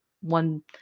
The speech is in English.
one